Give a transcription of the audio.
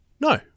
No